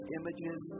images